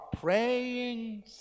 praying